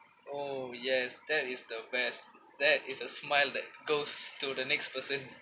oh yes that is the best that is a smile that goes to the next person